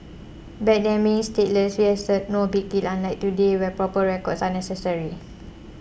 back then being stateless was no big deal unlike today where proper records are necessary